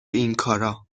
اینکارا